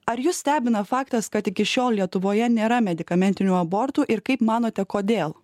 ar jus stebina faktas kad iki šiol lietuvoje nėra medikamentinių abortų ir kaip manote kodėl